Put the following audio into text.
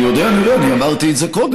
אני יודע, אני יודע, אני אמרתי את זה קודם.